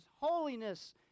holiness